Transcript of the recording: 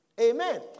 Amen